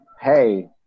hey